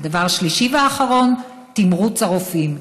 דבר שלישי ואחרון, תמרוץ הרופאים.